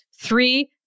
three